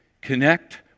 connect